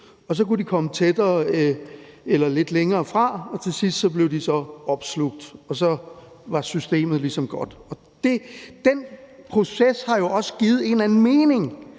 så kunne de komme tættere på eller lidt længere fra, og til sidst blev de så opslugt, og så var systemet ligesom godt. Den proces har jo også givet en eller anden mening